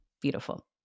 Beautiful